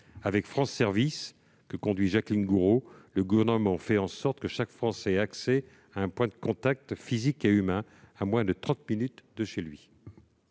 réseau France Services, que conduit Jacqueline Gourault, le Gouvernement fait en sorte que chaque Français ait accès à un point de contact physique et humain à moins de trente minutes de chez lui.